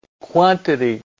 quantity